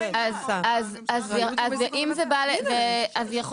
אז על הנוסח